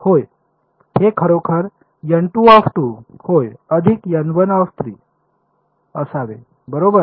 होय हे खरोखर होय अधिक असावे बरोबर